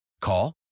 Call